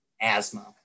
asthma